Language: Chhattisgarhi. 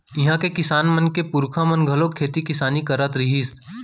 इहां के किसान मन के पूरखा मन घलोक खेती किसानी करत रिहिस